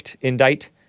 Indict